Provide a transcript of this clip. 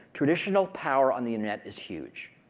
traditional power on the internet is huge.